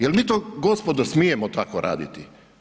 Jel mi to gospodo smijemo tako raditi?